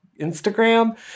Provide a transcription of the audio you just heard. Instagram